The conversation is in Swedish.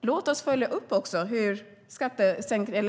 Låt oss också följa upp vad